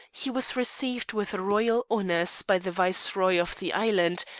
he was received with royal honours by the viceroy of the island,